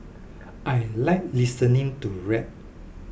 I like listening to rap